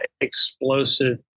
explosive